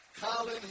Colin